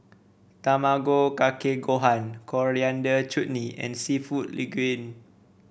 Tamago Kake Gohan Coriander Chutney and seafood Linguine